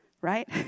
right